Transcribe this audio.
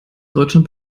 deutschland